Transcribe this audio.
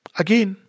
again